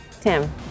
Tim